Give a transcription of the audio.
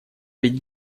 ведь